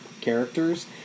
characters